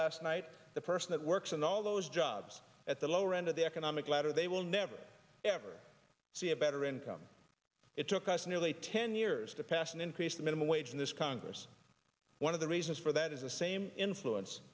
last night the person that works in all those jobs at the lower end of the economic ladder they will never ever see a better income it took us nearly ten years to pass an increase the minimum wage in this congress one of the reasons for that is the same influence